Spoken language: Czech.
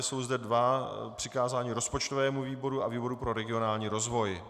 Jsou zde dvě přikázání rozpočtovému výboru a výboru pro regionální rozvoj.